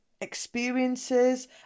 experiences